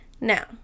Now